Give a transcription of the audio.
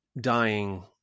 dying